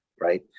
right